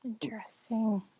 Interesting